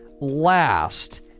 last